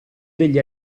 degli